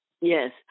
Yes